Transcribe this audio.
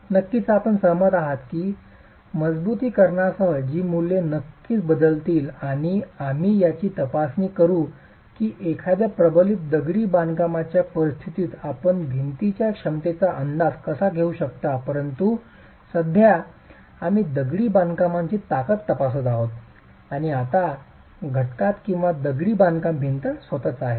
नक्कीच आपण सहमत आहात की मजबुतीकरणासह ही मूल्ये नक्कीच बदलतील आणि आम्ही याची तपासणी करू की एखाद्या प्रबलित दगडी बांधकामाच्या परिस्थितीत आपण भिंतीच्या क्षमतेचा अंदाज कसा घेऊ शकता परंतु सध्या आम्ही दगडी बांधकामाची ताकद तपासत आहोत आणि आता घटकात किंवा दगडी बांधकाम भिंत स्वतःच आहे